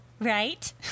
right